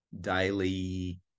daily